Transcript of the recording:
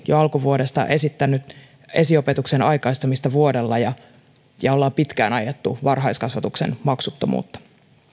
jo alkuvuodesta esittäneet esiopetuksen aikaistamista vuodella ja pitkään ajaneet varhaiskasvatuksen maksuttomuutta